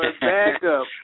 backup